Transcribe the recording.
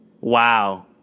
Wow